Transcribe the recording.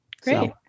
Great